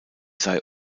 sei